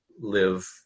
live